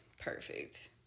perfect